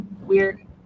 Weird